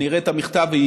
אני אראה את המכתב וזה